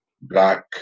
black